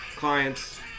clients